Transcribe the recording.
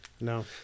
no